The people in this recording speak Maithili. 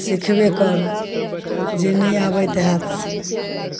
सिखबे करब जे नहि आबइत होयत से